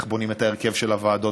ואיך בונים את ההרכב של הוועדות,